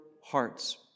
hearts